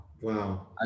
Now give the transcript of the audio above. Wow